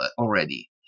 already